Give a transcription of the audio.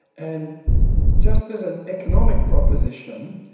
and just as an economic proposition,